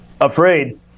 afraid